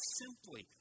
simply